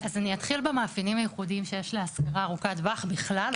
אז אני אתחיל במאפיינים הייחודיים שיש להשכרה ארוכת טווח בכלל,